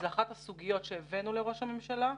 זו אחת הסוגיות שהבאנו לראש הממשלה.